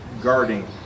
guarding